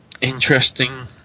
interesting